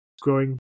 growing